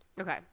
Okay